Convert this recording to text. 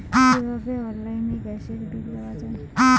কিভাবে অনলাইনে গ্যাসের বিল দেওয়া যায়?